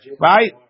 right